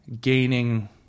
gaining